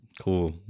cool